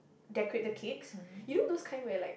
decorate the cakes you know those kind where like